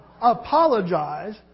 apologize